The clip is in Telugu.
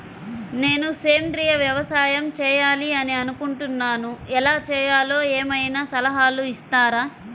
నేను సేంద్రియ వ్యవసాయం చేయాలి అని అనుకుంటున్నాను, ఎలా చేయాలో ఏమయినా సలహాలు ఇస్తారా?